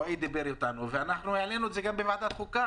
רועי לוי דיבר איתנו ואנחנו העלינו את זה בוועדת החוקה.